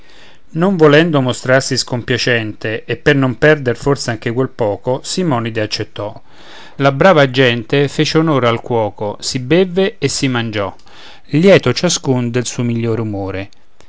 non volendo mostrarsi scompiacente e per non perder forse anche quel poco simonide accettò la brava gente fece onore al cuoco si bevve e si mangiò lieto ciascun del suo miglior umore